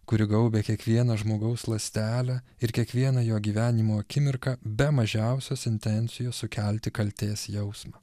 kuri gaubia kiekvieną žmogaus ląstelę ir kiekvieną jo gyvenimo akimirką be mažiausios intencijos sukelti kaltės jausmą